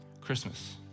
Christmas